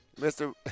Mr